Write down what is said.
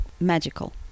magical